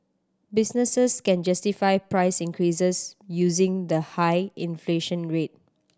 businesses can justify price increases using the high inflation rate